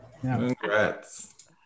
Congrats